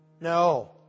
No